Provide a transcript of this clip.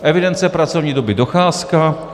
Evidence pracovní doby, docházka.